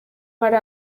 hari